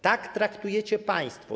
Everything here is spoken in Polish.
Tak traktujecie państwo.